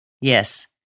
Yes